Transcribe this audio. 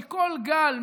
כי כל גל,